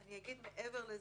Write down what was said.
אני אגיד מעבר לזה,